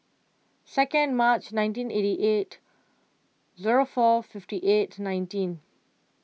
second March nineteen eighty eight zero four fifty eight nineteen